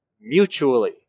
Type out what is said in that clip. mutually